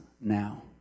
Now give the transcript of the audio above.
now